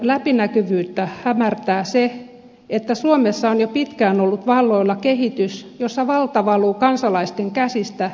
vallanpidon läpinäkyvyyttä hämärtää se että suomessa on jo pitkään ollut valloilla kehitys jossa valta valuu kansalaisten käsistä pienten piirien käsiin